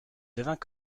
devint